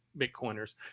Bitcoiners